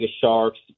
sharks